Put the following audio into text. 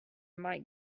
might